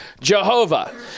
Jehovah